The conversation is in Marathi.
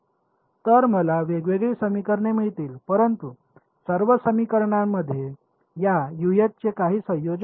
तर मला वेगवेगळी समीकरणे मिळतील परंतु सर्व समीकरणामध्ये या Us चे काही संयोजन असेल